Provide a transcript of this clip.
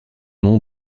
nom